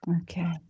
Okay